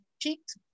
cheeks